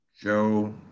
Joe